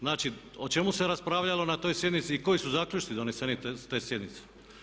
Znači, o čemu se raspravljalo na toj sjednici i koji su zaključci doneseni te sjednice?